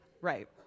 Right